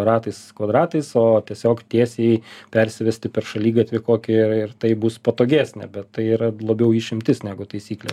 ratais kvadratais o tiesiog tiesiai persivesti per šaligatvį kokį ir ir tai bus patogesnė bet tai yra labiau išimtis negu taisyklė